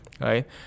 right